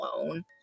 alone